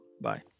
Bye